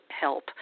help